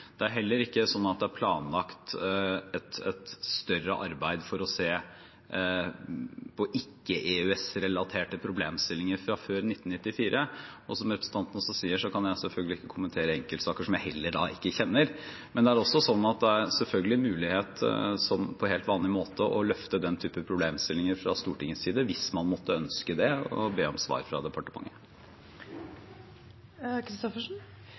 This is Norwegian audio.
Det er heller ikke planlagt noe større arbeid for å se på ikke-EØS-relaterte problemstillinger fra før 1994. Og som representanten også sier, kan jeg selvfølgelig ikke kommentere enkeltsaker, som jeg heller ikke kjenner. Men det er selvfølgelig mulighet til på helt vanlig måte å løfte den typen problemstillinger fra Stortingets side hvis man måtte ønske det, og be om et svar fra departementet.